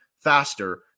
faster